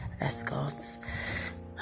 escorts